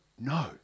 No